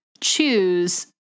choose